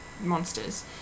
monsters